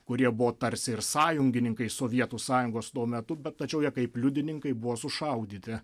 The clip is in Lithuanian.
kurie buvo tarsi ir sąjungininkai sovietų sąjungos tuo metu bet tačiau jie kaip liudininkai buvo sušaudyti